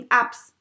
apps